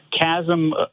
chasm